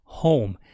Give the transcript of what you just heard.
home